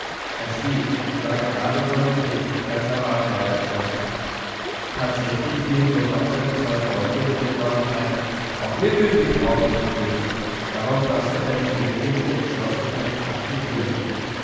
er schwieg und sah gerade vor sich hin als erwarte er etwas tatsächlich fielen sofort seine zwei freunde mit den worten ein auch wir kündigen augenblicklich darauf faßte er die türklinke und schloß mit einem krach die tür